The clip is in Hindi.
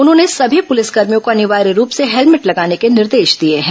उन्होंने सभी पुलिसकर्मियों को अनिवार्य रूप से हेलमेट लगाने के निर्देश दिए हैं